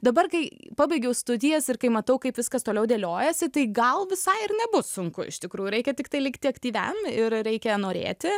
dabar kai pabaigiau studijas ir kai matau kaip viskas toliau dėliojasi tai gal visai ir nebus sunku iš tikrųjų reikia tiktai likti aktyviam ir reikia norėti